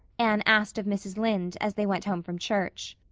anne asked of mrs. lynde, as they went home from church.